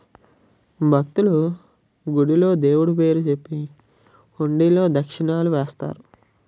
భక్తులు, గుడిలో దేవుడు పేరు చెప్పి హుండీలో దక్షిణలు వేస్తారు